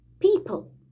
People